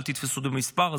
אל תתפסו במספר,